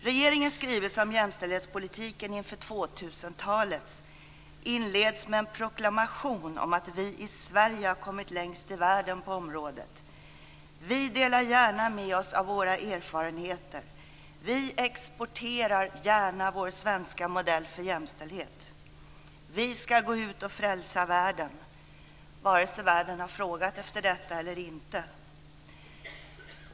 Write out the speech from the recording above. Regeringens skrivelse om jämställdhetspolitiken inför 2000-talet inleds med en proklamation om att vi i Sverige har kommit längst i världen på området. "Vi delar gärna med oss av våra erfarenheter, vi exporterar gärna vår svenska modell för jämställdhet." Vi ska gå ut och frälsa världen! - vare sig världen har frågat efter detta eller inte.